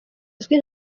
uzwi